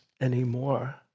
anymore